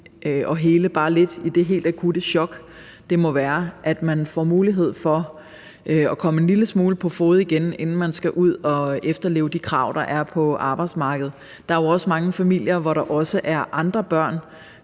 at hele lidt i det helt akutte chok, det må være, og at man får mulighed for at komme en lille smule på fode igen, inden man skal ud og efterleve de krav, der er på arbejdsmarkedet. Der er jo også mange familier, hvor der også er andre børn.